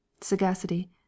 Sagacity